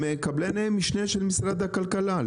הם קבלני משנה של משרד הכלכלה,